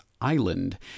Island